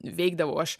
veikdavau aš